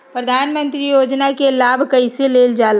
प्रधानमंत्री योजना कि लाभ कइसे लेलजाला?